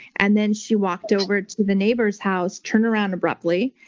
and then she walked over to the neighbor's house, turned around abruptly,